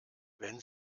wenn